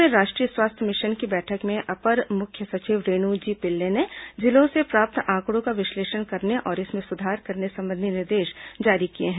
प्रदेश में राष्ट्रीय स्वास्थ्य मिशन की बैठक में अपर मुख्य सचिव रेणु जी पिल्ले ने जिलों से प्राप्त आंकड़ों का विश्लेषण करने और इसमें सुधार करने संबंधी निर्देश जारी किए हैं